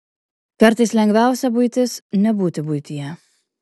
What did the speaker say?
kartais lengviausia buitis nebūti buityje